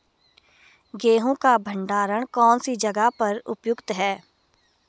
गेहूँ का भंडारण कौन सी जगह पर उपयुक्त है?